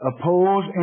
oppose